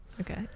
Okay